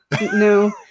No